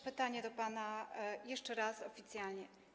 Pytanie do pana jeszcze raz, oficjalnie.